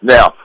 Now